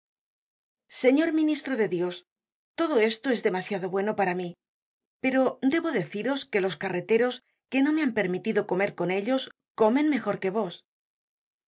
señor ministro de dios todo esto es demasiado bueno para mí pero debo deciros que los carreteros que no me han permitido comer con ellos comen mejor que vos